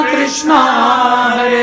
Krishna